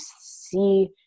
see